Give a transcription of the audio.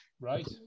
Right